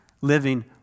living